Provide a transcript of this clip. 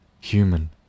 human